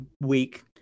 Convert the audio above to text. week